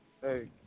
hey